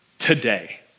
today